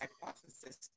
hypothesis